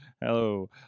Hello